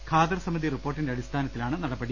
ഖാദർ സമിതി റിപ്പോർട്ടിന്റെ അടിസ്ഥാ നത്തിലാണ് നടപടി